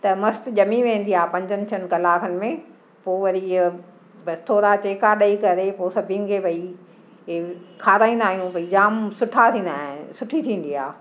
त मस्तु ॼमी वेंदी आहे पंजनि छह कलाकनि में पोइ वरी हीअ भई थोरा चेका ॾई करे पोइ सभिनि खे भई हे खाराईंदा आहियूं भई जाम सुठा थींदा आहिनि सुठी थींदी आहे